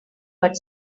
but